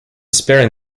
sparing